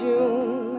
June